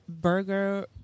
burger